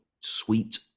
sweet